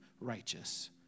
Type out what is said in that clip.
righteous